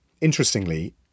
Interestingly